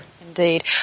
Indeed